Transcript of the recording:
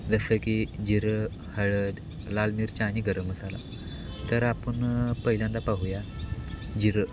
जसं की जिरं हळद लाल मिरच्या आणि गरम मसाला तर आपण पहिल्यांदा पाहूया जिरं